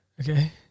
Okay